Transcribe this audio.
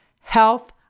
health